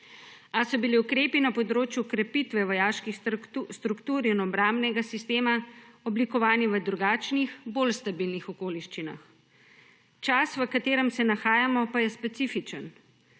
a so bili ukrepi na področju krepitve vojaških struktur in obrambnega sistema oblikovani v drugačnih, bolj stabilnih okoliščinah. Čas, v katerem se nahajamo, pa je specifičen,